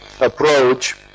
approach